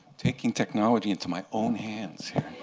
taking technology into my own hands